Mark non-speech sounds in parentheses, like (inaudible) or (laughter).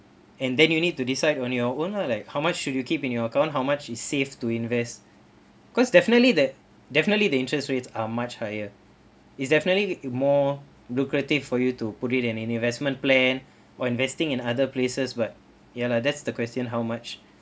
and then you need to decide on your own lah like how much should you keep in your account how much is safe to invest (breath) cause definitely that definitely the interest rates are much higher it's definitely more lucrative for you to put it in an investment plan (breath) or investing in other places but ya lah that's the question how much